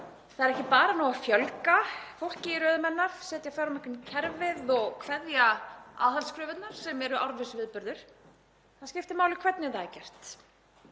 Það er ekki nóg að fjölga fólki í röðum hennar, setja fjármagn í kerfið og kveðja aðhaldskröfurnar, sem eru árviss viðburður, það skiptir máli hvernig það er gert.